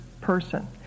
person